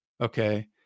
okay